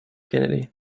kennedy